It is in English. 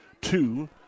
two